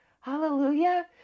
Hallelujah